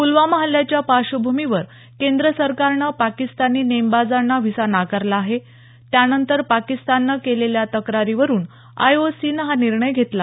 पुलवामा हल्ल्याच्या पार्श्वभूमीवर केंद्र सरकारनं पाकिस्तानी नेमबाजांना व्हिसा नाकारला आहे त्यानंतर पाकिस्ताननं केलेल्या तक्रारीवरुन आय ओ सी नं हा निर्णय घेतला